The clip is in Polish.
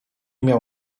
miał